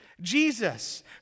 Jesus